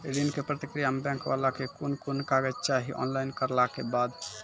ऋण के प्रक्रिया मे बैंक वाला के कुन कुन कागज चाही, ऑनलाइन करला के बाद?